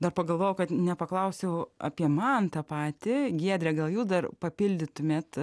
dar pagalvojau kad nepaklausiau apie mantą patį giedrę gal jų dar papildytumėt